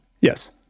Yes